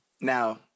now